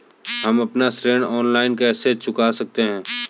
हम अपना ऋण ऑनलाइन कैसे चुका सकते हैं?